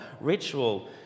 ritual